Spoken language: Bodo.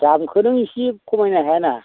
दामखौ नों इसि खमायनो हाया ना